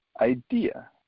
idea